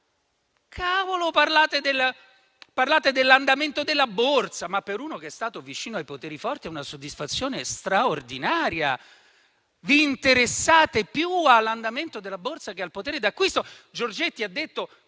sovrani. Parlate dell'andamento della Borsa, ma per uno che è stato vicino ai poteri forti è una soddisfazione straordinaria: vi interessate più all'andamento della Borsa che al potere d'acquisto.